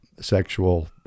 sexual